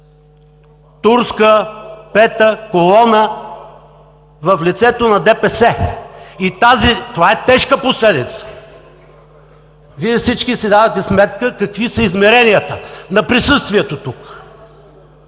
турска пета колона в лицето на ДПС! Това е тежка последица! Вие всички си давате сметка какви са измеренията на присъствието тук